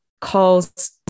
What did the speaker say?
calls